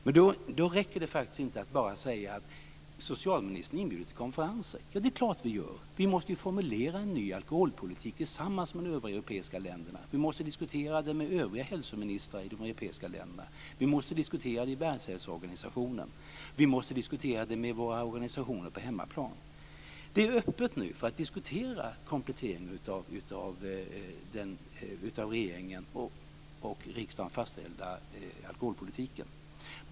Men då räcker det faktiskt inte att bara säga att socialministern inbjuder till konferenser. Det är klart att vi gör. Vi måste ju formulera en ny alkoholpolitik tillsammans med de övriga europeiska länderna. Vi måste diskutera den med övriga hälsoministrar i de europeiska länderna. Vi måste diskutera den i Världshälsoorganisationen och med våra organisationer på hemmaplan. Det är nu öppet för att diskutera kompletteringen av den av regeringen och riksdagen fastställda alkoholpolitiken.